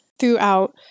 Throughout